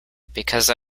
because